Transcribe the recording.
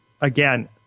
again